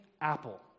apple